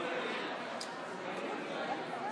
אי-אמון בממשלה לא נתקבלה.